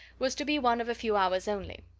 was to be one of a few hours only.